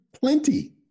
plenty